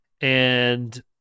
and-